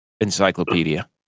encyclopedia